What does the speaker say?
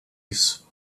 isso